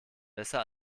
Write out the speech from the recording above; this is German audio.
besser